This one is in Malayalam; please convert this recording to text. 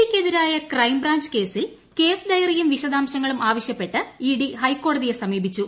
ഡിക്കെതിരായ ക്രൈം ബ്രാഞ്ച് കേസിൽ കേസ് ഡയറിയും വിശദാംശങ്ങളും ആവശ്യപ്പെട്ട് ഇഡി ഹൈകോടതിയെ സമീപിച്ചു